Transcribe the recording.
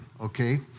okay